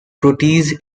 protease